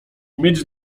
mieć